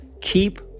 keep